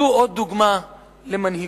זו עוד דוגמה למנהיגות.